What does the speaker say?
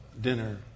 dinner